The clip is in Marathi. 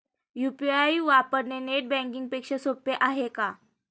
यु.पी.आय वापरणे नेट बँकिंग पेक्षा सोपे आहे का?